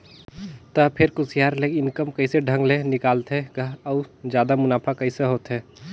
त फेर कुसियार ले इनकम कइसे ढंग ले निकालथे गा अउ जादा मुनाफा कइसे होथे